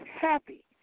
happy